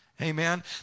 amen